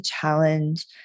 challenge